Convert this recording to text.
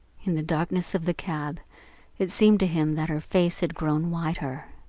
in the darkness of the cab it seemed to him that her face had grown whiter.